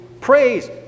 praise